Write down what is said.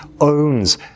owns